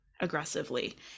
aggressively